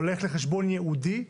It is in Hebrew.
היא הולכת לחשבון ייעודי,